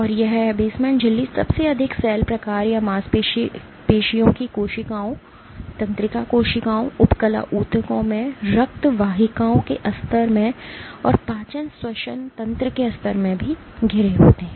और यह बेसमेंट झिल्ली सबसे अधिक सेल प्रकार या मांसपेशियों की कोशिकाओं तंत्रिका कोशिकाओं उपकला ऊतकों में रक्त वाहिकाओं के अस्तर में और पाचन श्वसन तंत्र के अस्तर में भी घिरे होते हैं